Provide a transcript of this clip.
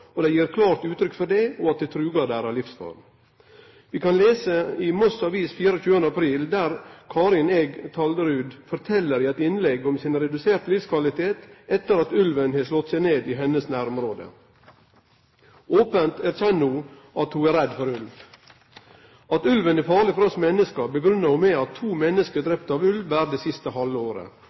og dei gir klart uttrykk for det, og at det trugar livsforma deira. Vi kan lese i Moss Avis den 24. april om Karen Eg Taraldrud som i eit innlegg fortel om den reduserte livskvaliteten sin etter at ulven har slått seg ned i hennar nærområde. Ope erkjenner ho at ho er redd for ulv. At ulven er farleg for oss menneske, grunngir ho med at to menneske er drepne av ulv berre det siste